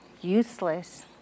useless